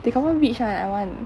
they confirm rich [one] I want